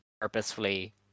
purposefully